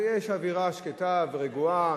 ויש אווירה שקטה ורגועה.